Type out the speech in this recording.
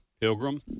Pilgrim